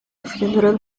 funeral